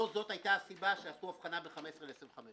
לא זו היתה הסיבה שעשו הבחנה בין 15 ל-25.